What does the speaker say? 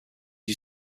you